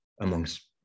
amongst